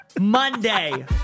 Monday